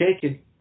taking